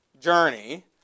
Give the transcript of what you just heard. journey